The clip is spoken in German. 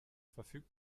verfügt